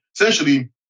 essentially